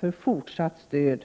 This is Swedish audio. Vi vill nämligen att denna